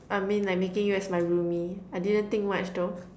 I mean like making you as my roomie I didn't think much though